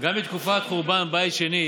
גם בתקופת חורבן בית שני,